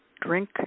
drink